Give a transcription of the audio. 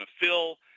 fill –